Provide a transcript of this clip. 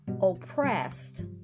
oppressed